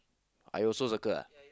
I also circle ah